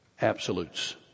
absolutes